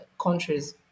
countries